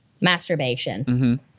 masturbation